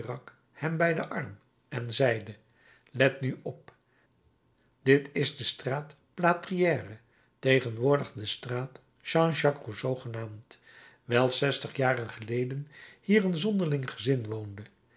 hem bij den arm en zeide let nu op dit is de straat platrière tegenwoordig de straat jean jacques rousseau genaamd wijl zestig jaren geleden hier een zonderling gezin woonde